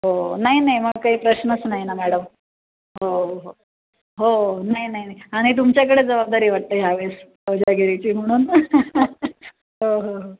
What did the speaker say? हो नाही नाही मग काही प्रश्नच नाही ना म्यॅडम हो हो हो नाही नाही नाही आणि तुमच्याकडं जवाबदारी आहे वाटतं ह्या वेळेस कोजागिरीची म्हणून हो हो हो